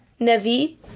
Navi